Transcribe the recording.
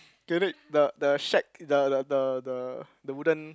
get it the the shack the the the the the wooden